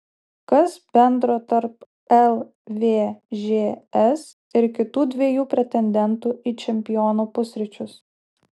kas bendro tarp lvžs ir kitų dviejų pretendentų į čempionų pusryčius